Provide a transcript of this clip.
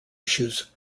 issues